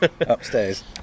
Upstairs